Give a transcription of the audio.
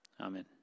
Amen